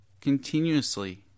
continuously